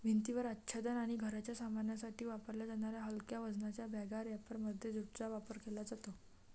भिंतीवर आच्छादन आणि घराच्या सामानासाठी वापरल्या जाणाऱ्या हलक्या वजनाच्या बॅग रॅपरमध्ये ज्यूटचा वापर केला जातो